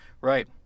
Right